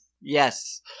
Yes